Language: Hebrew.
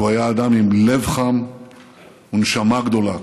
כי הוא היה אדם עם לב חם ונשמה גדולה,